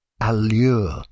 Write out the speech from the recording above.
allure